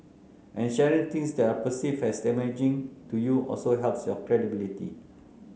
and sharing things that are perceived as damaging to you also helps your credibility